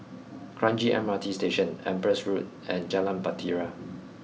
Kranji M R T Station Empress Road and Jalan Bahtera